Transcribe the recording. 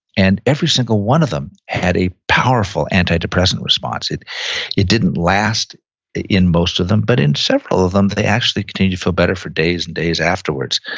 and every single one of them had a powerful antidepressant response. it it didn't last in most of them, but in several of them they actually continued to feel better for days and days afterwards.